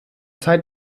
zeit